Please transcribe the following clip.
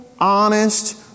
honest